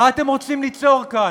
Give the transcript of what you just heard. מה אתם רוצים ליצור כאן?